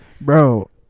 Bro